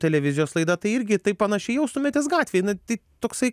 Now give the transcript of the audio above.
televizijos laidą tai irgi taip panašiai jaustumėtės gatvėj na tai toksai